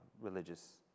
religious